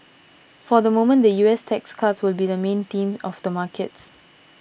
for the moment the U S tax cuts will be the main theme of the markets